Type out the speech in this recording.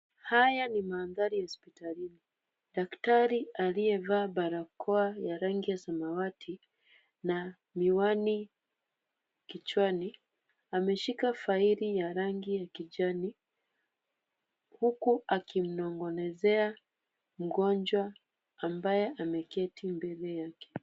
Haya ni mandhari ya hospitalini. Daktari aliyevaa barakoa ya rangi ya samawati na miwani kichwani, ameshika faili ya rangi ya kijani huku akimnong'onezea mgonjwa ambaye ameketi mbele yake.